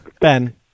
Ben